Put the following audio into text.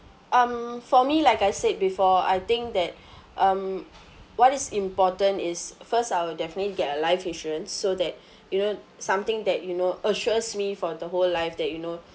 um for me like I said before I think that um what is important is first I will definitely get a life insurance so that you know something that you know assures me for the whole life that you know